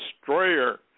destroyer